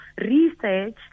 Research